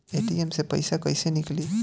ATM से पइसा कइसे निकली?